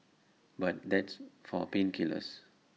but that's for pain killers